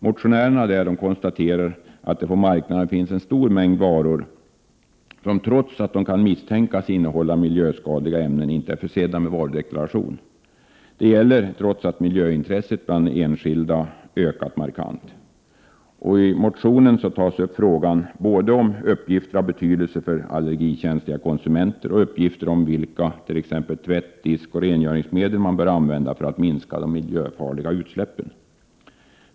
Motionärerna konstaterar att det på marknaden finns en stor mängd varor, som trots att de kan misstänkas innehålla miljöskadliga ämnen inte är försedda med varudeklaration. Detta gäller trots att miljöintresset bland enskilda har ökat markant. I motionen tas upp frågor om både uppgifter av betydelse för allergikänsliga konsumenter och uppgifter om vilka t.ex. tvätt-, diskoch rengöringsmedel som man bör använda för att minska de miljöfarliga utsläppen.